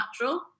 natural